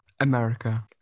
America